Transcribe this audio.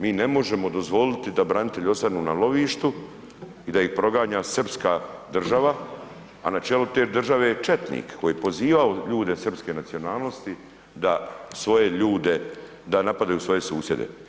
Mi ne možemo dozvoliti da branitelji ostanu na lovištu i da ih proganja srpska država, a na čelu te države je četnik koji je pozivao ljude srpske nacionalnosti da svoje ljude, da napadaju svoje susjede.